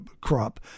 crop